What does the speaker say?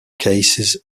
cases